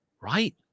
right